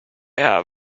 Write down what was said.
have